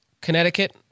Connecticut